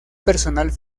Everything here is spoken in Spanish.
personal